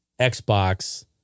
Xbox